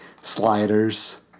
sliders